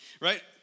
right